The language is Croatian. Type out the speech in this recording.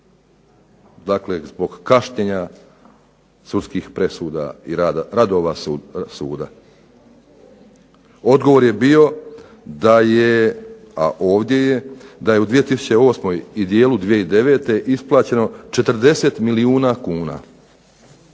Dakle, zbog kašnjenja sudskih presuda i radova suda. Odgovor je bio da je, a ovdje je, da je u 2008. i dijelu 2009. isplaćeno 40 milijuna kuna.